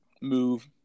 move